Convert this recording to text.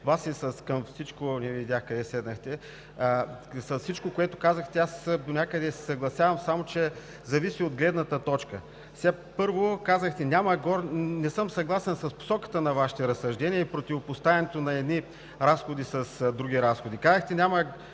Вас и към всичко, което казахте, донякъде се съгласявам, само че зависи от гледната точка. Първо, не съм съгласен с посоката на Вашите разсъждения и противопоставянето на едни разходи с други разходи.